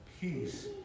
Peace